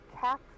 cap